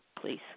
please